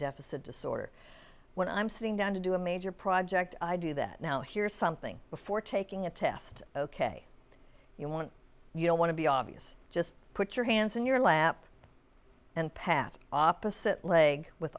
deficit disorder when i'm sitting down to do a major project i do that now here's something before taking a test ok you want you don't want to be obvious just put your hands in your lap and pass opposite leg with